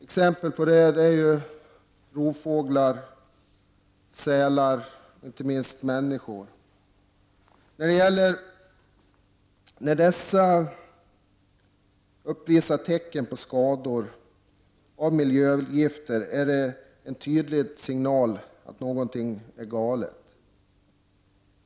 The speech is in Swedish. Exempel på detta är rovfåglar, sälar och inte minst människor. När dessa uppvisar tecken på skador av miljögifter är det en tydlig signal på att något är galet.